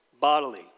bodily